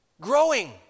Growing